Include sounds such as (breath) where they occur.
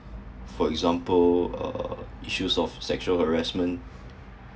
for example uh issues of sexual harassment (breath)